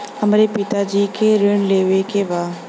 हमरे पिता जी के ऋण लेवे के बा?